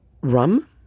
rum